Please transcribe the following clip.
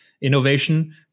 innovation